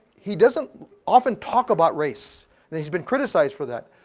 he doesn't often talk about race and he's been criticized for that.